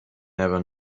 never